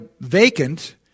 vacant